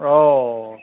অঁ